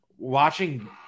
Watching